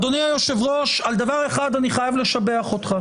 אדוני היושב-ראש, על דבר אחד אני חייב לשבח אותך.